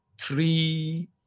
three